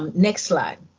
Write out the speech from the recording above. um next slide.